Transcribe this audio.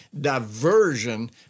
diversion